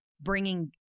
bringing